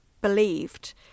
believed